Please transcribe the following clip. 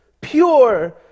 pure